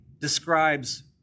describes